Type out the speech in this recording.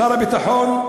לשר הביטחון,